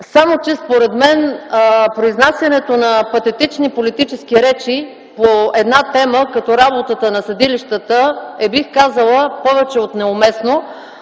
партии. Според мен, произнасянето на патетични политически речи по една тема като работата на съдилищата е, бих казала, повече от неуместно,